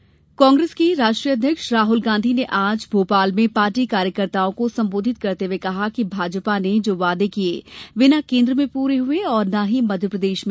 राहल गाँधी कांग्रेस के राष्ट्रीय अध्यक्ष राहुल गाँधी ने आज भोपाल में पार्टी कार्यकर्ताओं को संबोधित करते हुए कहा कि भाजपा ने जो वादे किये वे न केन्द्र में पूरे हुए और न ही मध्यप्रदेश में